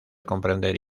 comprender